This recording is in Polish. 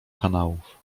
kanałów